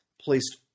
placed